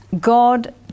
God